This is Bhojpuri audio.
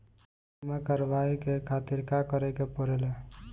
बीमा करेवाए के खातिर का करे के पड़ेला?